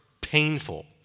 painful